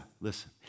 listen